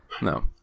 no